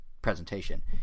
presentation